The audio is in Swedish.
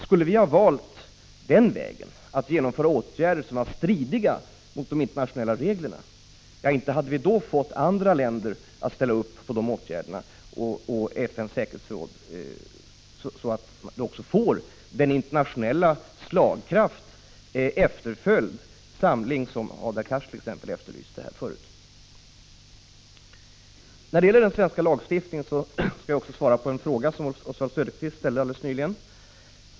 Skulle vi ha valt den vägen, att genomföra åtgärder som var stridiga mot de internationella reglerna, hade vi inte fått andra länder eller FN:s säkerhetsråd att ställa upp på åtgärderna så att de får den internationella slagkraft, den efterföljd och samling som t.ex. Hadar Cars efterlyste förut. Prot. 1985/86:53 När det gäller den svenska lagstiftningen skall jag också svara på en fråga 17 december 1985 som Oswald Söderqvist ställde helt nyligen.